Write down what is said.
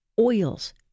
oils